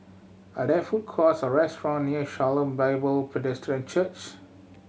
are there food courts or restaurant near Shalom Bible Presbyterian Church